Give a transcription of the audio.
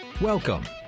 Welcome